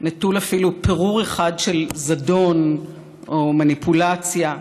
נטול אפילו פירור אחד של זדון או מניפולציה.